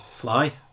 fly